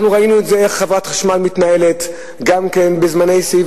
ראינו איך חברת החשמל מתנהלת, גם כן בזמני שיא.